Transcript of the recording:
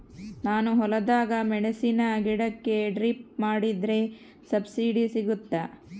ನಾನು ಹೊಲದಾಗ ಮೆಣಸಿನ ಗಿಡಕ್ಕೆ ಡ್ರಿಪ್ ಮಾಡಿದ್ರೆ ಸಬ್ಸಿಡಿ ಸಿಗುತ್ತಾ?